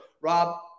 Rob